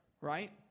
Right